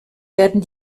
werden